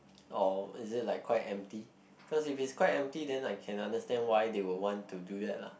or is it like quite empty cause if it's quite empty then I can understand why they will want to do that lah